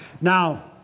Now